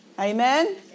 Amen